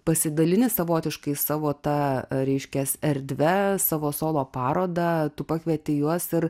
pasidalini savotiškai savo ta reiškias erdve savo solo paroda tu pakvieti juos ir